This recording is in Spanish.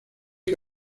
que